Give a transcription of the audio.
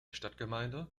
stadtgemeinde